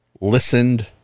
listened